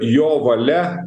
jo valia